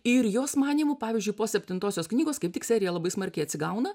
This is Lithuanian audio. ir jos manymu pavyzdžiui po septintosios knygos kaip tik serija labai smarkiai atsigauna